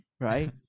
right